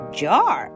jar